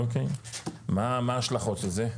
מה ההשלכות של זה?